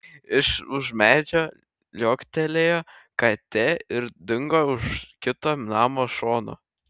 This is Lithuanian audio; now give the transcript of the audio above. iš už medžio liuoktelėjo katė ir dingo už kito namo šono